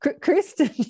kristen